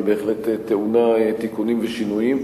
היא בהחלט טעונה תיקונים ושינויים.